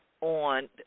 on